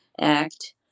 act